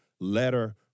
Letter